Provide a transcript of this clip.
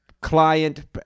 client